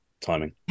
timing